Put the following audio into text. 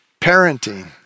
parenting